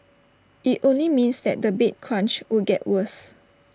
IT only means that the bed crunch would get worse